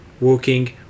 working